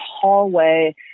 hallway